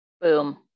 Boom